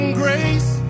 grace